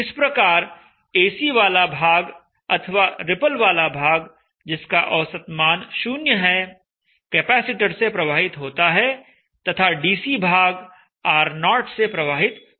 इस प्रकार एसी भाग अथवा रिपल वाला भाग जिसका औसत मान 0 है कैपेसिटर से प्रवाहित होता है तथा डीसी भाग R0 से प्रवाहित होता है